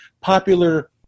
popular